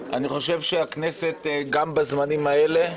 אני חושב שהכנסת, גם בזמנים האלה,